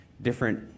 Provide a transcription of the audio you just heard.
different